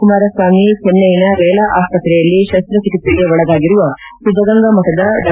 ಕುಮಾರಸ್ವಾಮಿ ಚೆನ್ನೈನ ರೇಲಾ ಆಸ್ಪತ್ರೆಯಲ್ಲಿ ಶಸ್ತ ಚಿಕಿತ್ಸೆಗೆ ಒಳಗಾಗಿರುವ ಸಿದ್ದಗಂಗಾ ಮಠದ ಡಾ